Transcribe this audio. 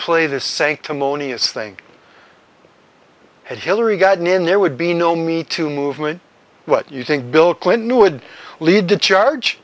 play this sanctimonious thing that hillary got in there would be no me to movement what you think bill clinton would lead the charge